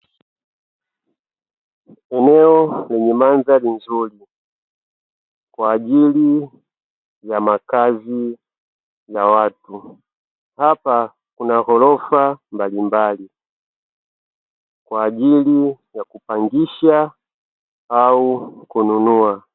Eneo lenye mandhari nzuri kwa ajili ya makazi ya watu. Hapa kuna ghorofa la mbalimbali kwa ajili ya kupangisha au kununua.